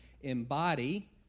embody